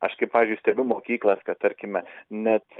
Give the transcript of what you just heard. aš kaip pavyzdžiui stebiu mokyklas kad tarkime net